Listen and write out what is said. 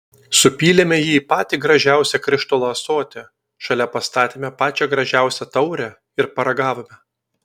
supylėme jį į patį gražiausią krištolo ąsotį šalia pastatėme pačią gražiausią taurę ir paragavome